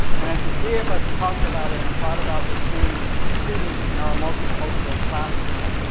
and as the three of us talked about it and thought about the students students in our multicultural classroom,